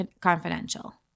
confidential